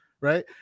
right